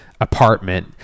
apartment